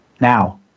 now